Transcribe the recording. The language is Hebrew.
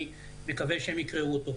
אני מקווה שהם יקראו אותו.